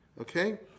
okay